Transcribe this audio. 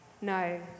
No